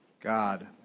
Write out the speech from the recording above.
God